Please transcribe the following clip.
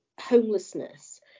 homelessness